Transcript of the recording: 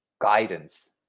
guidance